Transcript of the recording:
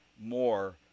more